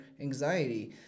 anxiety